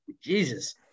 Jesus